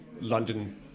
London